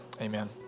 Amen